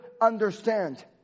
understand